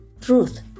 Truth